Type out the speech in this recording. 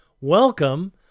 Welcome